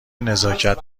نزاکت